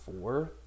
four